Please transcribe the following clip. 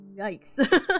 yikes